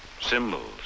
Symbols